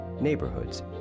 neighborhoods